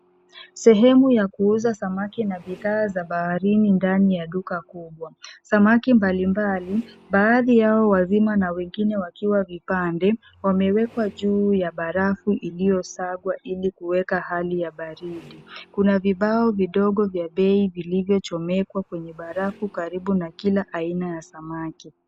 Sehemu ya kuuza samaki na bidhaa za baharini ndani ya duka kubwa. Samaki mbalimbali, baadhi yao wazima na wengine wakiwa vipande, wamewekwa juu ya barafu iliyosagwa ili kuweka hali ya baridi. Kuna vibao vidogo vya bei vilivyochomekwa kwenye barafu karibu na kila aina ya samaki.